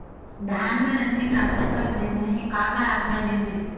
धान बर अन्तिम राखर कब देना हे, का का राखर देना हे?